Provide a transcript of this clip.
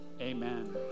amen